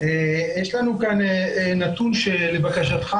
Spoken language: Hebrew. יש לנו כאן נתון שהכנו לבקשתך,